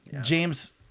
James